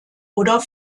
oder